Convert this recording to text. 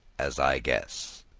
as i guess.